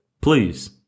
please